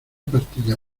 pastilla